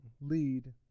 lead